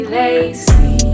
lazy